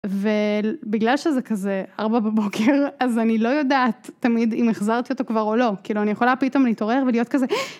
ובגלל שזה כזה, ארבע בבוקר, אז אני לא יודעת תמיד אם החזרתי אותו כבר או לא, כאילו אני יכולה פתאום להתעורר ולהיות כזה.